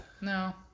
no